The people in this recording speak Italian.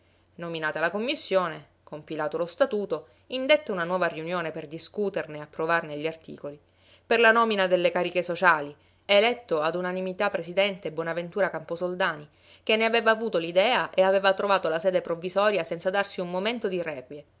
nominata la commissione compilato lo statuto indetta una nuova riunione per discuterne e approvarne gli articoli per la nomina delle cariche sociali eletto ad unanimità presidente bonaventura camposoldani che ne aveva avuto l'idea e aveva trovato la sede provvisoria senza darsi un momento di